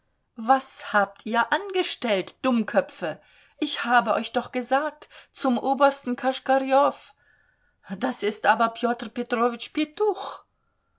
was habt ihr angestellt dummköpfe ich habe euch doch gesagt zum obersten koschkarjow das ist aber